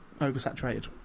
oversaturated